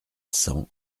cent